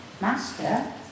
Master